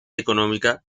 económica